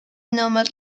nomad